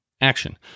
action